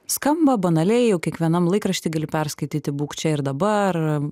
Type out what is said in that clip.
skamba banaliai juk kiekvienam laikrašty gali perskaityti būk čia ir dabar